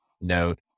note